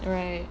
alright